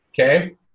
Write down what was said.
okay